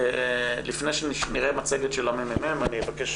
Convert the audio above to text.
לפני שנראה מצגת של הממ"מ אני מבקש